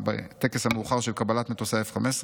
בטקס המאוחר של קבלת מטוסי ה-F-15,